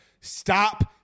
stop